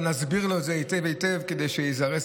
בשנייה ובשלישית הוא יציג את זה.